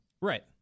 Right